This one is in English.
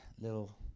little